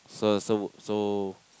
so so so